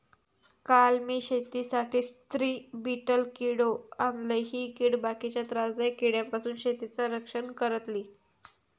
काल मी शेतीसाठी स्त्री बीटल किडो आणलय, ही कीड बाकीच्या त्रासदायक किड्यांपासून शेतीचा रक्षण करतली